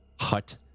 hut